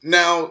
now